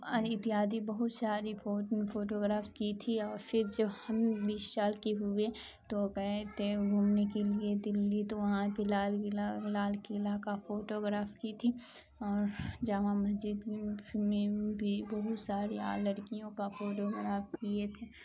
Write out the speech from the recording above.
اتیادی بہت ساری فوٹوگرراف کی تھی اور پھر جب ہم بیس سال کے ہوئے تو گئے تھے گھومنے کے لیے دہلی تو وہاں پہ لال قلعہ لال قلعہ کا فوٹوگرراف کی تھی اور جامع مسجد میں بھی بہت سارے لڑکیوں کا فوٹوگراف کیے تھے